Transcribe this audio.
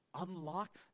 unlock